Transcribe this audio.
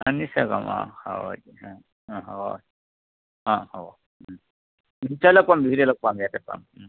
অঁ নিশ্চয় কম অঁ হ'ব দিয়ক অঁ অঁ হ'ব অঁ হ'ব বিহুতে লগ পাম বিহুতে লগ পাম ইয়াতে পাম